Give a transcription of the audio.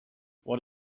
what